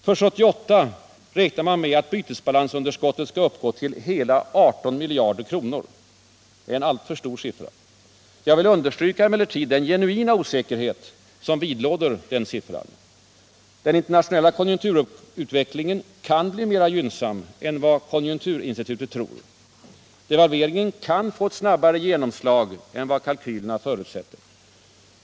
För 1977 beräknas bytesbalansunderskottet uppgå till hela 18 miljarder kronor — en alltför hög siffra. Jag vill emellertid understryka den genuina osäkerhet som vidlåder denna siffra. Den internationella konjunkturutvecklingen kan bli mer gynnsam än vad konjunkturinstitutet tror. Devalveringen kan få ett snabbare genomslag än vad kalkylerna förutsätter.